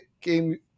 game